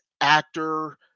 actor